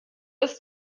ist